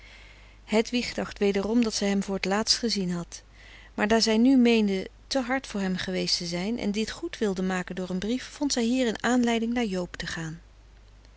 hedwig dacht wederom dat zij hem voor t laatst gezien had maar daar zij nu meende te hard voor hem geweest te zijn en dit goed wilde maken door een brief vond zij hierin aanleiding naar joob te gaan